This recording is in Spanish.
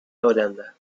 holanda